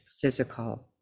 physical